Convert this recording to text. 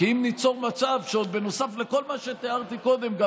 כי אם ניצור מצב שעוד בנוסף לכל מה שתיארתי קודם גם